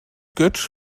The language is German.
götsch